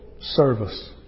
service